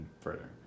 further